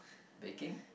baking